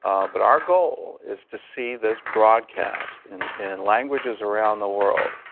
but our goal is to see this broadcast in in languages around the world.